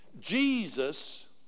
Jesus